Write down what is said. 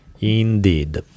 Indeed